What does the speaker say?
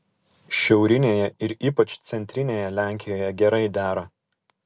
šiaurinėje ir ypač centrinėje lenkijoje gerai dera